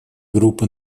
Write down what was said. группы